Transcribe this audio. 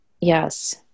yes